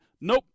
Nope